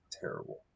terrible